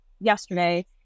yesterday